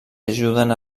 ajuden